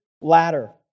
ladder